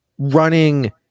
running